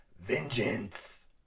vengeance